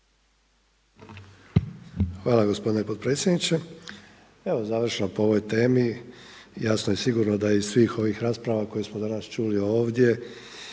Hvala gospodine potpredsjedniče. Evo završno po ovoj temi jasno je sigurno da iz svih ovih rasprava koje smo danas čuli ovdje